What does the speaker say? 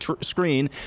screen